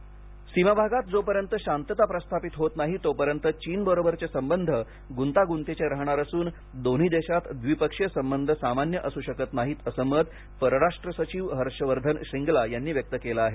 श्रींगला सीमाभागात जोपर्यंत शांतता प्रस्थापित होत नाही तोपर्यंत चीनबरोबरचे संबंध गृंतागंतीचे राहणार असून दोन्ही देशात द्विपक्षीय संबंध सामान्य असू शकत नाहीत असं मत परराष्ट्र सचिव हर्ष वर्धन श्रींगला यांनी व्यक्त केलं आहे